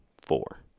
four